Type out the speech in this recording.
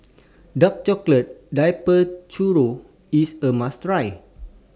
Dark Chocolate Dipped Churro IS A must Try